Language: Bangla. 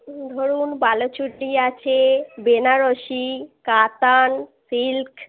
ধরুন বালুচুরী আছে বেনারসি কাতান সিল্ক